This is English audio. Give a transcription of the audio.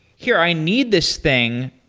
here, i need this thing.